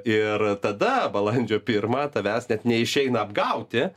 ir tada balandžio pirmą tavęs net neišeina apgauti